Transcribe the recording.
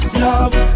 love